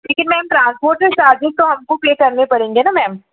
लेकिन ma'am transport के charges तो हमको पे करने पड़ेंगे ना मैम